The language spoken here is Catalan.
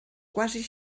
quasi